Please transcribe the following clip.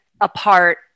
apart